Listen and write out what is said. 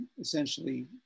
essentially